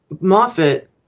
Moffat